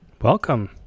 Welcome